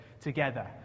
together